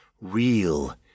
real